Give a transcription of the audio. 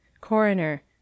Coroner